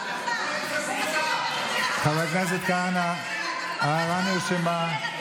חבר הכנסת כהנא, ההערה נרשמה.